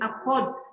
accord